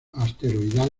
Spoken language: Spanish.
asteroidal